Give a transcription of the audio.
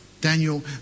Daniel